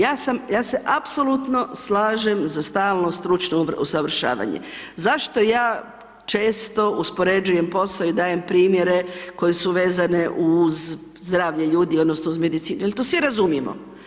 Ja se apsolutno slažem za stalno stručno usavršavanje, zašto ja često uspoređujem poso i dajem primjere koji su vezane uz zdravlje ljudi odnosno uz medicinu jer to svi razumijemo.